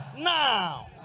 now